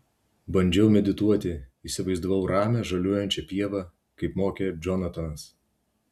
bandžiau medituoti įsivaizdavau ramią žaliuojančią pievą kaip mokė džonatanas